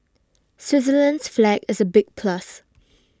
Switzerland's flag is a big plus